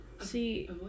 See